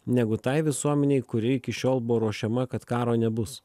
negu tai visuomenei kuri iki šiol buvo ruošiama kad karo nebus